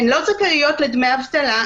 הן לא זכאיות לדמי אבטלה?